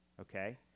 okay